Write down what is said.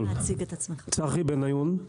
צחי בן עיון,